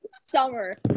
summer